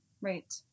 right